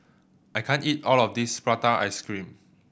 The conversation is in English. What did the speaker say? I can't eat all of this prata ice cream